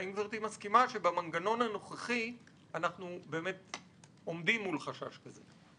האם גברתי מסכימה שבמנגנון הנוכחי אנחנו עומדים מול חשש כזה?